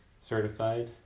certified